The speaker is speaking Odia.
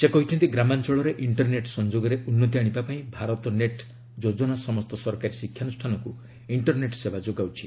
ସେ କହିଛନ୍ତି ଗ୍ରାମାଞଳରେ ଇଷ୍ଟରନେଟ୍ ସଂଯୋଗରେ ଉନ୍ନତି ଆଣିବା ପାଇଁ ଭାରତ ନେଟ୍ ଯୋଜନା ସମସ୍ତ ସରକାରୀ ଶିକ୍ଷାନୁଷ୍ଠାନକୁ ଇକ୍ଷରନେଟ୍ ସେବା ଯୋଗାଉଛି